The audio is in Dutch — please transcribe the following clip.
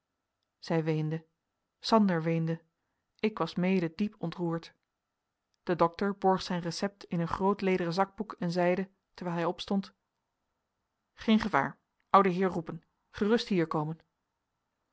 zij weende sander weende ik was mede diep ontroerd de dokter borg zijn recept in een groot lederen zakboek en zeide terwijl hij opstond geen gevaar ouden heer roepen gerust hier komen